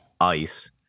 ice